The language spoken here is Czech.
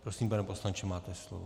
Prosím, pane poslanče, máte slovo.